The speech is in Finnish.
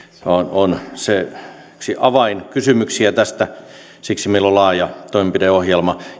on yksi avainkysymyksistä siksi meillä on laaja toimenpideohjelma